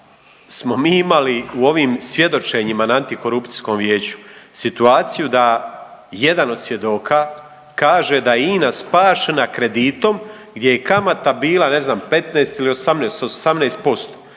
smo mi imali u ovim svjedočenjima na Antikorupcijskom vijeću situaciju da jedan od svjedoka kaže da je INA spašena kreditom gdje je kamata bila ne znam 15 ili 18, 18%.